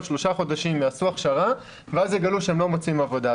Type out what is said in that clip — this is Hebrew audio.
שלושה חודשים יעשו הכשרה ואז יגלו שהם לא מוצאים עבודה.